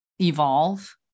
evolve